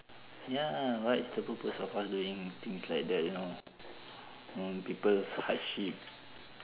ya what is the purpose of us doing things like that you know you know people's hardship